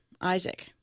Isaac